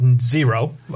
zero